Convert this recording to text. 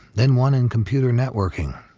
then one in computer networking.